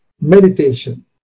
meditation